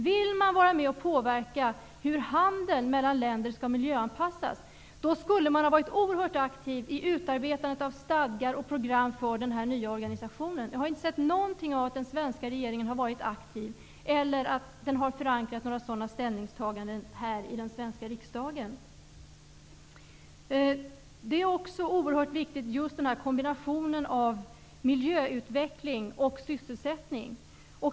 Vill man vara med och påverka hur handeln mellan länder skall miljöanpassas, då skulle man ha varit oerhört aktiv i utarbetandet av stadgar och program för denna nya organisation. Jag har inte sett någonting av att den svenska regeringen har varit aktiv eller att den har förankrat några sådana ställningstaganden i den svenska riksdagen. Det är också oerhört viktigt med just kombinationen av miljöutveckling och sysselsättning.